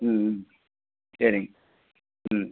ம் சரிங்க ம்